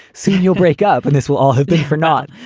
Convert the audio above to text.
see your break up and this will all be for naught.